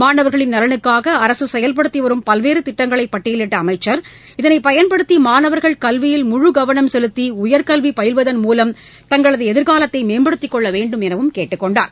மாணவர்களின் நலனுக்காக அரசு செயல்படுத்தி வரும் பல்வேறு திட்டங்களை பட்டியலிட்ட அமைச்சர் இதனை பயன்படுத்தி மாணவர்கள் கல்வியில் முழு கவளம் செலுத்தி உயர்கல்வி பயில்வதன் மூலம் தங்களது எதிர்காலத்தை மேம்படுத்திக்கொள்ள வேண்டும் எனவும் கேட்டுக்கொண்டார்